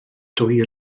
dwy